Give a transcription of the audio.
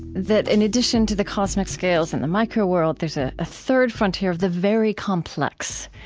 that in addition to the cosmic scales and the microworld, there's a ah third frontier of the very complex.